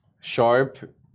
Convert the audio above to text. Sharp